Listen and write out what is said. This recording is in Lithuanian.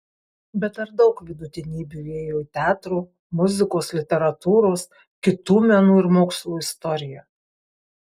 bet ar daug vidutinybių įėjo į teatro muzikos literatūros kitų menų ir mokslų istoriją